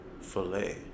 filet